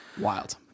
wild